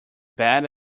bad